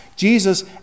Jesus